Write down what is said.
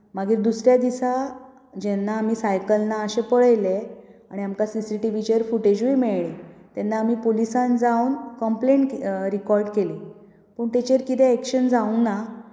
मागीर दुसऱ्या दिसा जेन्ना आमी सायकल ना अशें पळयलें आनी आमकां सी सी टी वी चेर फुटेजूय मेळ्ळी तेन्ना आमी पुलीसांत जावन कंपलेन रिकॉर्ड केली पूण तिचेर कितेंय एक्शन जावंक ना